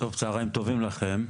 צוהריים טובים לכם.